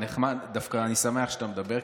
ודווקא אני שמח שאתה מדבר,